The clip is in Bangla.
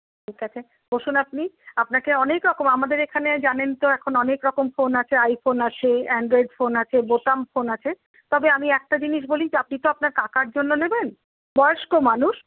ঠিক আছে বসুন আপনি আপনাকে অনেক রকম আমাদের এখানে জানেন তো এখন অনেক রকম ফোন আছে আইফোন আছে অ্যানড্রয়েড ফোন আছে বোতাম ফোন আছে তবে আমি একটা জিনিস বলি যে আপনি তো আপনার কাকার জন্য নেবেন বয়স্ক মানুষ